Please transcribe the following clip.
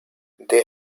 they